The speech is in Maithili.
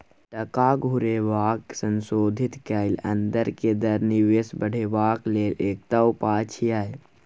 टका घुरेबाक संशोधित कैल अंदर के दर निवेश बढ़ेबाक लेल एकटा उपाय छिएय